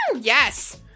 Yes